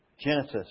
Genesis